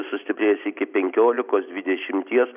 sustiprės iki penkiolikos dvidešimties